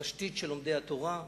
התשתית של לומדי התורה.